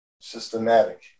systematic